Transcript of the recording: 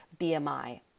BMI